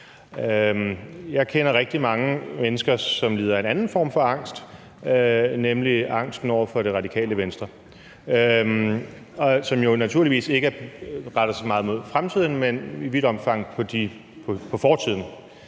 Jeg kender rigtig mange mennesker, som lider af en anden form for angst, nemlig angsten for Det Radikale Venstre, som jo naturligvis ikke retter sig så meget mod fremtiden, men i vidt omfang mod fortiden,